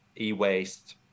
e-waste